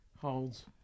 holds